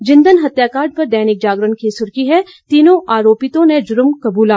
जिंदान हत्याकांड पर दैनिक जागरण की सुर्खी है तीनों आरोपितों ने जुर्म कबूला